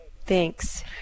Thanks